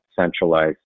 centralized